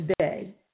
today